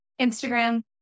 Instagram